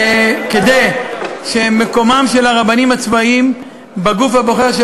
כדי שמקומם של הרבנים הצבאיים בגוף הבוחר של